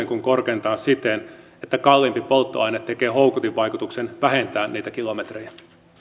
kuin korkeintaan siten että kalliimpi polttoaine tekee houkutinvaikutuksen vähentää niitä kilometrejä